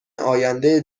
آینده